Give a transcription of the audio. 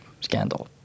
scandal